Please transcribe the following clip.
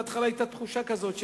בהתחלה היתה תחושה כזאת,